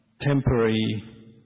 temporary